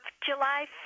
July